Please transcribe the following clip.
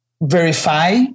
verify